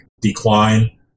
decline